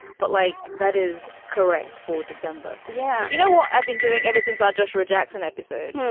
but like that is correct for december. yeah. you know what i've been doing ever since our joshua jackson episode?